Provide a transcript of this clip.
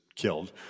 killed